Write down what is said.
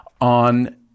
on